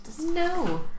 No